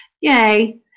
Yay